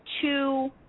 two